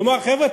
לומר: חבר'ה,